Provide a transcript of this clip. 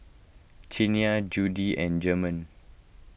Quiana Judie and German